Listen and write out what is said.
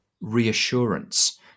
reassurance